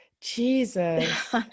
Jesus